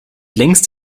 längst